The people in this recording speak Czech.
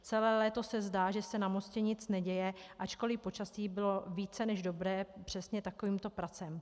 Celé léto se zdá, že se na mostě nic neděje, ačkoli počasí bylo více než dobré přesně k takovýmto pracím.